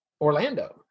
orlando